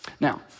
Now